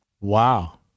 Wow